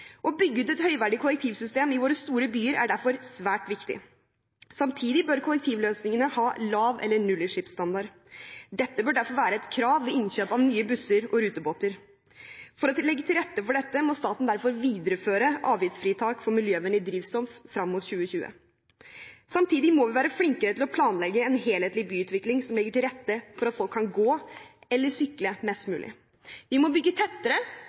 Å bygge ut et høyverdig kollektivsystem i våre store byer er derfor svært viktig. Samtidig bør kollektivløsningene ha lav- eller nullutslippsstandard. Dette bør derfor være et krav ved innkjøp av nye busser og rutebåter. For å legge til rette for dette må staten derfor videreføre avgiftsfritak for miljøvennlig drivstoff frem mot 2020. Samtidig må vi være flinkere til å planlegge en helhetlig byutvikling som legger til rette for at folk kan gå eller sykle mest mulig. Vi må bygge tettere